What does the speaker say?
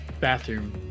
bathroom